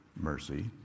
mercy